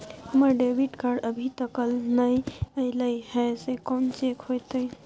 हमर debit card अभी तकल नय अयले हैं, से कोन चेक होतै?